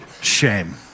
shame